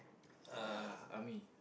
uh army